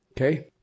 Okay